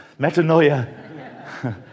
Metanoia